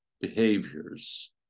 behaviors